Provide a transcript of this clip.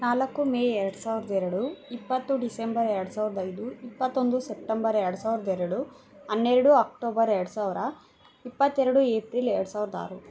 ನಾಲ್ಕು ಮೇ ಎರಡು ಸಾವಿರದ ಎರಡು ಇಪ್ಪತ್ತು ಡಿಸೆಂಬರ್ ಎರಡು ಸಾವಿರದ ಐದು ಇಪ್ಪತ್ತೊಂದು ಸೆಪ್ಟೆಂಬರ್ ಎರಡು ಸಾವಿರದ ಎರಡು ಹನ್ನೆರಡು ಅಕ್ಟೋಬರ್ ಎರಡು ಸಾವಿರ ಇಪ್ಪತ್ತೆರಡು ಏಪ್ರಿಲ್ ಎರಡು ಸಾವಿರದ ಆರು